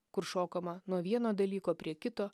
kur šokama nuo vieno dalyko prie kito